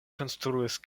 konstruis